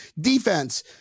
defense